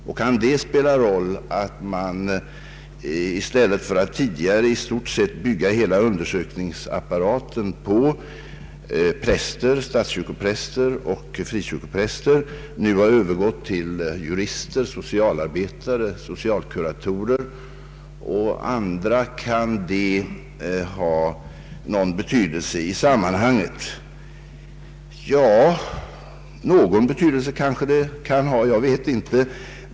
Kan det spela någon roll i sammanhanget att man i stället för att som tidigare i stort sett bygga hela undersökningsapparaten på statskyrkopräster och frikyrkopräster nu har övergått till jurister, socialarbetare och andra? Ja, någon betydelse kanske det kan ha. Jag vet inte.